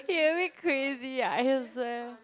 he a bit crazy ah he's a